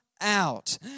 out